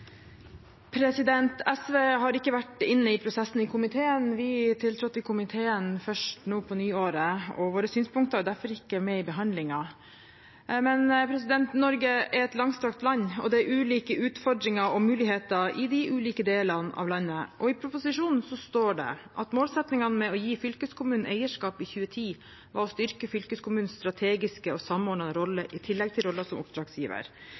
SV har ikke vært inne i prosessen i komiteen – vi tiltrådte komiteen først nå på nyåret – og våre synspunkter er derfor ikke med i behandlingen. Norge er et langstrakt land, og det er ulike utfordringer og muligheter i de ulike delene av landet. I proposisjonen står det at målsettingen med å gi fylkeskommunene eierskap i 2010, i tillegg til rollen som oppdragsgiver, var å styrke fylkeskommunenes strategiske og samordnende rolle. Fylkeskommunene skulle gis økt mulighet til